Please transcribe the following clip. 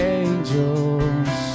angels